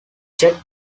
jet